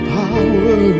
power